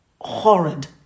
Horrid